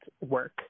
work